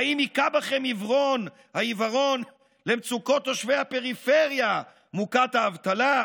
האם הכה בכם העיוורון למצוקות תושבי הפריפריה מוכת האבטלה?